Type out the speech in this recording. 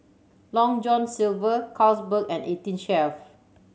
Long John Silver Carlsberg and Eighteen Chef